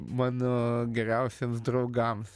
mano geriausiems draugams